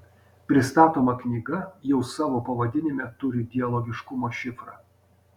pristatoma knyga jau savo pavadinime turi dialogiškumo šifrą